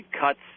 cuts